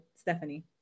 Stephanie